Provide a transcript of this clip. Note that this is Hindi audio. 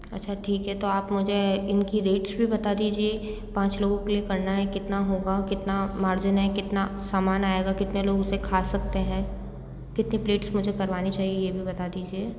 अच्छा ठीक है तो आप मुझे इनके रेट्स भी बता दीजिए पाँच लोगों के लिए करना है कितना होगा कितना मार्जिन है कितना सामान आएगा कितने लोग उसे खा सकते हैं कितनी प्लैट्स मुझे करवानी चाहिए यह भी बता दीजिए